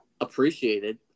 appreciated